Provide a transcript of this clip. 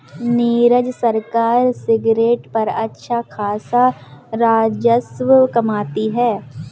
नीरज सरकार सिगरेट पर अच्छा खासा राजस्व कमाती है